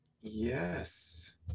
Yes